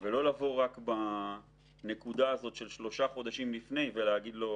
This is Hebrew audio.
ולא לבוא רק בנקודה של 3 חודשים לפני ולהגיד לו: